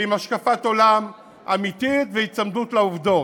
ועם השקפת עולם אמיתית והיצמדות לעובדות.